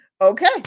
okay